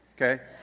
okay